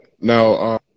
Now